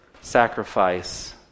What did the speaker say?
sacrifice